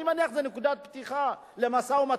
אני מניח שזאת נקודת פתיחה למשא-ומתן,